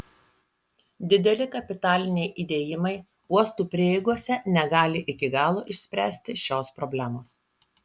dideli kapitaliniai įdėjimai uostų prieigose negali iki galo išspręsti šios problemos